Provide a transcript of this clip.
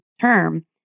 term